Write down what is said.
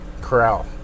corral